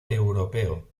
europeo